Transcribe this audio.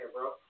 bro